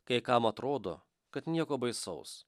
kai kam atrodo kad nieko baisaus